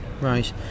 right